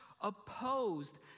opposed